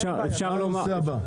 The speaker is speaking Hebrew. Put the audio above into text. הנושא הבא.